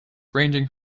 ranging